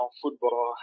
football